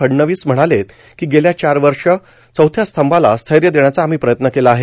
फडणवीस म्हणाले कि गेली चार वर्षे चौथ्या स्तंभाला स्थैर्य देण्याचा आम्ही प्रयत्न केला आहे